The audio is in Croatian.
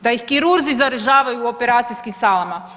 Da ih kirurzi zaražavaju u operacijskim salama.